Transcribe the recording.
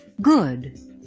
Good